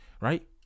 right